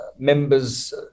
Members